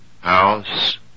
house